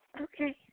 Okay